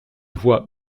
voix